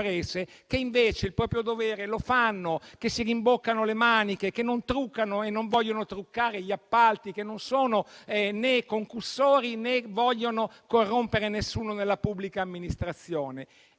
che invece il proprio dovere lo fanno, si rimboccano le maniche, non truccano e non vogliono truccare gli appalti e non sono né concussori, né vogliono corrompere nessuno nella pubblica amministrazione.